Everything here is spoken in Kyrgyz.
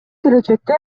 келечекте